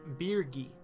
Birgi